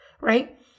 right